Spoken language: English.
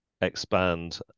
expand